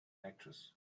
actress